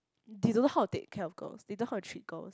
they don't know how to take care of girls they don't know how to treat girls